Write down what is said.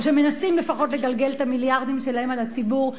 או שמנסים לפחות לגלגל את המיליארדים שלהם על הציבור.